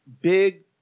big